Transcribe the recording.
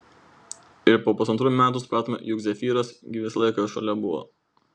ir po pusantrų metų supratome juk zefyras gi visą laiką šalia buvo